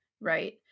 Right